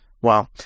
Wow